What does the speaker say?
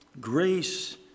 Grace